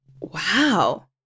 wow